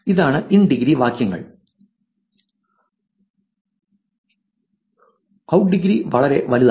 ഇതാണ് in degree വാക്യങ്ങൾ out degree വളരെ വലുതാണ്